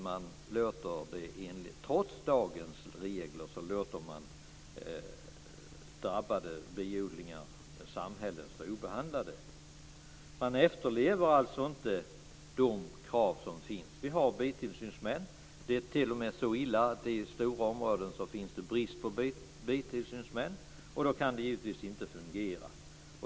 Man låter, trots dagens regler, drabbade biodlingar och samhällen stå obehandlade. Man efterlever alltså inte de krav som finns. Vi har bitillsynsmän. Det är t.o.m. så illa att det i stora områden är brist på bitillsynsmän. Då kan det givetvis inte fungera.